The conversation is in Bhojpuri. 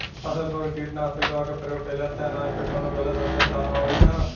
फसल पर कीटनाशक दवा क प्रयोग कइला से अनाज पर कवनो गलत असर त ना होई न?